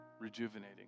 rejuvenating